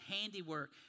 handiwork